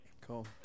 Cool